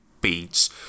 beats